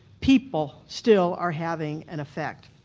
people still are having an effect,